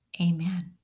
Amen